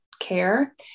care